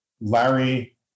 Larry